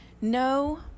no